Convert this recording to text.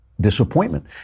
Disappointment